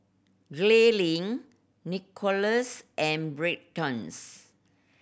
Gaylene Nikolas and Braxtons